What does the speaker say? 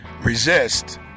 Resist